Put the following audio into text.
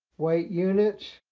weight units.